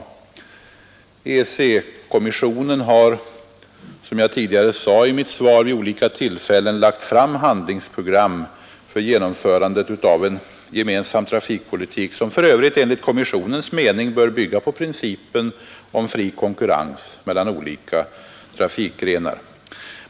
EEC-kommissionen har, som jag sade i mitt svar, vid olika tillfällen lagt fram handlingsprogram för genomförande av en gemensam trafikpolitik, som för övrigt enligt kommissionens mening bör bygga på principen om fri konkurrens mellan olika trafikgrenar.